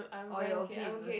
orh you're okay with people sleeping